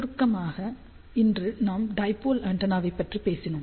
சுருக்கமாக இன்று நாம் டைபோல் ஆண்டெனா பற்றி பேசினோம்